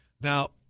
Now